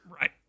right